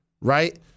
Right